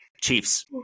Chiefs